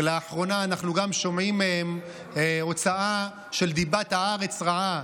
לאחרונה אנחנו גם שומעים מהם הוצאה של דיבת הארץ רעה,